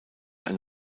ein